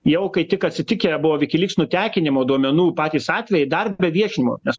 jau kai tik atsitikę buvo wikileaks nutekinimo duomenų patys atvejai dar be viešinimo nes